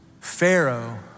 Pharaoh